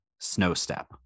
Snowstep